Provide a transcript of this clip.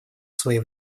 своей